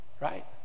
right